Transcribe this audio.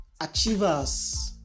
Achievers